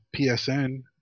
PSN